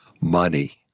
money